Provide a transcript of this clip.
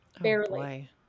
barely